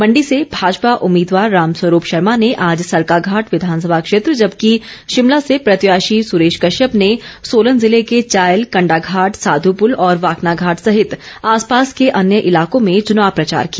मण्डी से भाजपा उम्मीदवार राम स्वरूप शर्मा ने आज सरकाघाट विधानसभा क्षेत्र जबकि शिमला से प्रत्याशी सुरेश कश्यप ने सोलन जिले के चायल कण्डाघाट साध्यपुल और वाकनाघाट सहित आसपास के अन्य इलाकों में चुनाव प्रचार किया